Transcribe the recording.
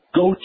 go